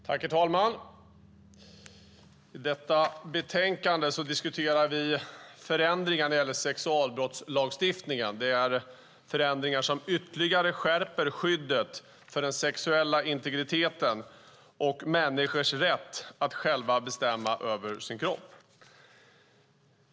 Herr talman! I detta betänkande diskuterar vi förändringar i sexualbrottslagstiftningen. Det är förändringar som ytterligare skärper skyddet för den sexuella integriteten och människors rätt att själva bestämma över sin kropp.